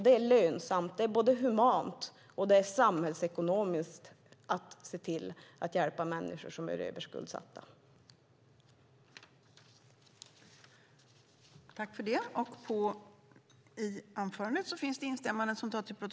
Det är lönsamt; det är både humant och samhällsekonomiskt att hjälpa människor som är överskuldsatta. I detta anförande instämde Hillevi Larsson .